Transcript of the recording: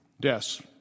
deaths